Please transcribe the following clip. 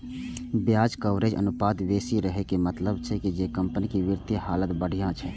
ब्याज कवरेज अनुपात बेसी रहै के मतलब छै जे कंपनीक वित्तीय हालत बढ़िया छै